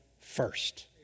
first